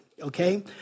Okay